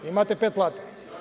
Imate pet plata.